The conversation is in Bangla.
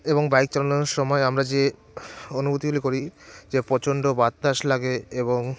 এবং বাইক চালানোর সময় আমরা যে অনুভূতিগুলি করি যে প্রচণ্ড বাতাস লাগে এবং